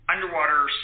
underwater